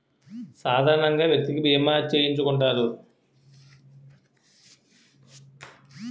సాధారణంగా వ్యక్తికి బీమా చేయించుకుంటారు